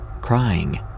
crying